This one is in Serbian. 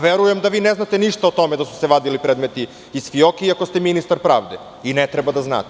Verujem da vi ne znate ništa o tome da su se vadili predmeti iz fijoke, iako ste ministar pravde i ne treba da znate.